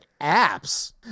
Apps